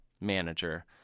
manager